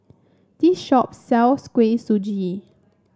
this shop sells Kuih Suji